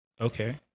Okay